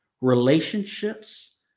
relationships